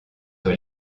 sur